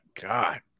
God